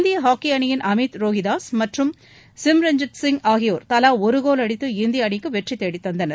இந்திய ஹாக்கி அணியின் அமீத் ரோகிதாஸ் மற்றும் சிம்ரன்ஜித் சிங் ஆகியோர் தவா ஒரு கோல் அடித்து இந்திய அணிக்கு வெற்றி தேடி தந்தனர்